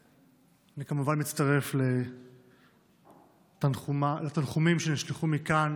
אני כמובן מצטרף לתנחומים שנשלחו מכאן